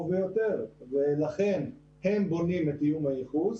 ביותר ולכן הם בונים את איום הייחוס,